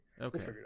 Okay